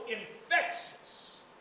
infectious